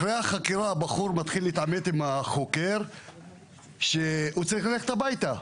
אחרי החקירה הבחור מתחיל להתעמת עם החוקר שהוא צריך ללכת הביתה.